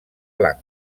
blanc